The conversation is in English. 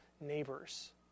neighbors